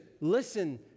listen